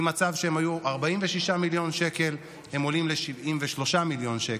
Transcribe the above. ממצב שהם היו 46 מיליון שקל הם עולים ל-73 מיליון שקל,